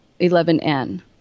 11N